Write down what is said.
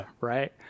right